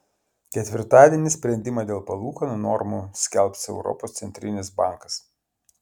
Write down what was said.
ketvirtadienį sprendimą dėl palūkanų normų skelbs europos centrinis bankas